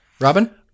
Robin